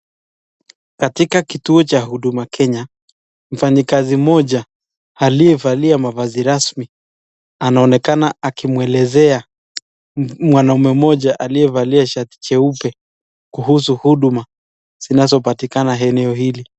Katika kituo cha Huduma Kenya, mfanyikazi mmoja aliyevalia mavazi rasmi anaonekana akimwelezea mwanaume mmoja aliyevalia shati cheupe kuhusu huduma zinazopatikana eneo hili.